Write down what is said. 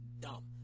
dumb